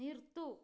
നിർത്തൂ